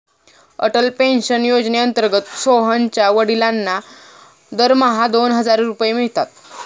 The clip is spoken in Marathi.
अटल पेन्शन योजनेअंतर्गत सोहनच्या वडिलांना दरमहा दोन हजार रुपये मिळतात